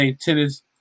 tennis